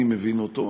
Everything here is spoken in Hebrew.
אני מבין אותו,